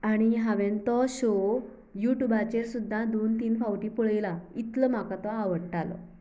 आनी हांवें तो शो युट्युबाचेर सुद्दां दोन तीन फावट पळयला इतलो तो म्हाका आवडटालो